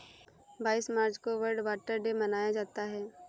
बाईस मार्च को वर्ल्ड वाटर डे मनाया जाता है